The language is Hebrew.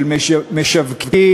של משווקים,